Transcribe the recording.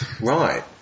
Right